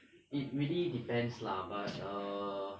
it really depends lah but err